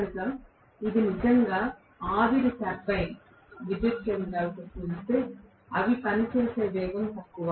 కనుక ఇది నిజంగా ఆవిరి టర్బైన్ విద్యుత్ కేంద్రాలతో పోలిస్తే అవి పనిచేసే వేగం తక్కువ